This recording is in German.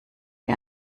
wie